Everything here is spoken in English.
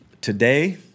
Today